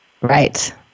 Right